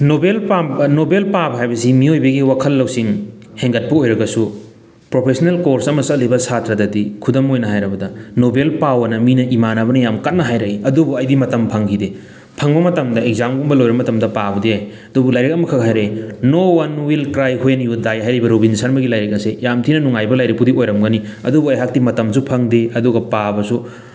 novel ꯄꯥꯝꯕ Nobel ꯄꯥꯕ ꯍꯥꯏꯕꯁꯤ ꯃꯤꯑꯣꯏꯕꯒꯤ ꯋꯥꯈꯜ ꯂꯧꯁꯤꯡ ꯍꯦꯟꯒꯠꯄ ꯑꯣꯏꯔꯒꯁꯨ ꯄ꯭ꯔꯣꯐꯦꯁꯅꯦꯜ ꯀꯣꯔꯁ ꯑꯃ ꯆꯠꯂꯤꯕ ꯁꯥꯇ꯭ꯔꯗꯗꯤ ꯈꯨꯗꯝ ꯑꯣꯏꯅ ꯍꯥꯏꯔꯕꯗ ꯅꯣꯕꯦꯜ ꯄꯥꯎꯑꯣꯅ ꯃꯤꯅ ꯏꯃꯥꯟꯅꯕꯅ ꯌꯥꯝ ꯀꯟꯅ ꯍꯥꯏꯔꯛꯏ ꯑꯗꯨꯕꯨ ꯑꯩꯗꯤ ꯃꯇꯝ ꯐꯪꯈꯤꯗꯦ ꯐꯪꯕ ꯃꯇꯝꯗ ꯑꯦꯛꯖꯥꯝꯒꯨꯝꯕ ꯂꯣꯏꯔ ꯃꯇꯝꯗ ꯄꯥꯕꯗꯤ ꯌꯥꯏ ꯑꯗꯨꯕꯨ ꯂꯥꯏꯔꯤꯛ ꯑꯃꯈꯛ ꯍꯥꯏꯔꯛꯏ no one will cry when you die ꯍꯥꯏꯔꯤꯕ ꯔꯣꯕꯤꯟ ꯁꯔꯃꯒꯤ ꯂꯥꯏꯔꯤꯛ ꯑꯁꯤ ꯌꯥꯝ ꯊꯤꯅ ꯅꯨꯡꯉꯥꯏꯕ ꯂꯥꯏꯔꯤꯛꯄꯨꯗꯤ ꯑꯣꯏꯔꯝꯒꯅꯤ ꯑꯗꯨꯕꯨ ꯑꯩꯍꯥꯛꯇꯤ ꯃꯇꯝꯁꯨ ꯐꯪꯗꯦ ꯑꯗꯨꯒ ꯄꯥꯕꯁꯨ